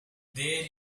there